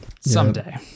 someday